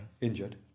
Injured